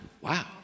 Wow